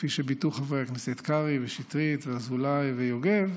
כפי שביטאו חברי הכנסת קרעי ושטרית ואזולאי ויוגב,